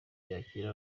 byakira